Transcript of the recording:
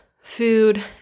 food